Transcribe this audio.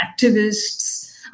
activists